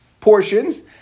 portions